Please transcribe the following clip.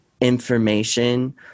information